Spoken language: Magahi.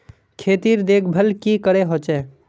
खेतीर देखभल की करे होचे?